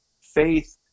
faith